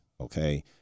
okay